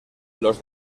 los